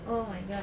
oh my god